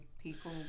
people